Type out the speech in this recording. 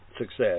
success